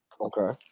okay